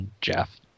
Jeff